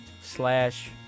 slash